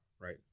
right